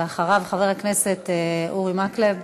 ואחריו, חבר הכנסת אורי מקלב.